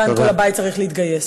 כאן כל הבית צריך להתגייס.